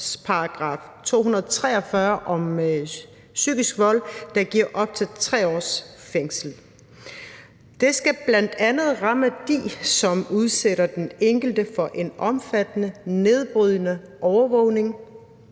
§ 243 om psykisk vold, der giver op til 3 års fængsel. Det skal bl.a. ramme dem, som udsætter den enkelte for en omfattende nedbrydende overvågning,